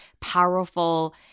powerful